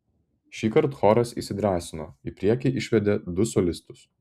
šįkart choras įsidrąsino į priekį išvedė du solistus